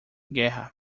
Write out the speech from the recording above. guerra